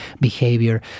behavior